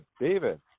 David